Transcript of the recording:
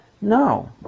No